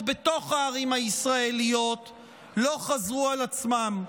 בתוך הערים הישראליות לא חזרו על עצמם.